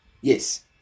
Yes